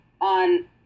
on